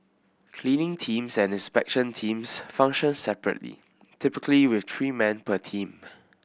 cleaning teams and inspection teams function separately typically with three men per team